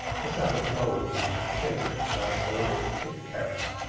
the sabbath loaves shaped like boys' tip-cats,